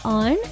on